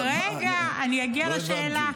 רגע, אני אגיע לשאלה.